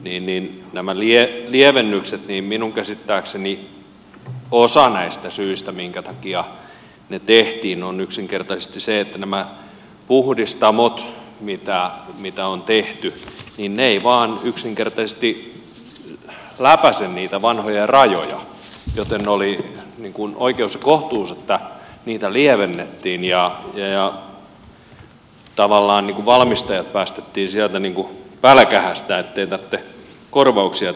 mihin tämä entinen ministeri lehtomäki minun käsittääkseni osa näistä syistä minkä takia nämä lievennykset tehtiin on yksinkertaisesti siinä että nämä puhdistamot mitä on tehty eivät vain yksinkertaisesti läpäise niitä vanhoja rajoja joten oli oikeus ja kohtuus että niitä lievennettiin ja tavallaan valmistajat päästettiin sieltä niin kuin pälkähästä ettei tarvitse korvauksia tehdä